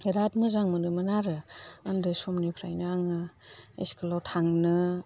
बिराद मोजां मोनोमोन आरो उन्दै समनिफ्रायनो आङो स्कुलाव थांनो